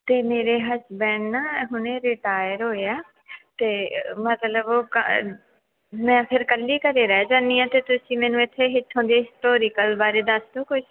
ਅਤੇ ਮੇਰੇ ਹਸਬੈਂਡ ਨਾ ਹੁਣੇ ਰਿਟਾਇਰ ਹੋਏ ਆ ਅਤੇ ਮਤਲਬ ਉਹ ਕਾ ਮੈਂ ਫਿਰ ਇਕੱਲੀ ਘਰ ਰਹਿ ਜਾਂਦੀ ਹਾਂ ਅਤੇ ਤੁਸੀਂ ਮੈਨੂੰ ਇੱਥੇ ਇੱਥੋਂ ਦੇ ਹਿਸਟੋਰੀਕਲ ਬਾਰੇ ਦੱਸ ਦਿਓ ਕੁਛ